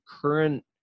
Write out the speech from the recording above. current